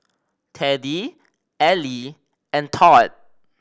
Teddy Ellie and Tod